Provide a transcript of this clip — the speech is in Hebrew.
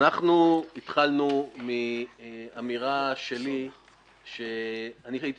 אנחנו התחלנו מאמירה שלי שאני הייתי